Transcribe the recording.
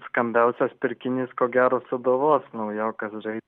skambiausias pirkinys ko gero sūduvos naujokas žaidęs